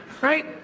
right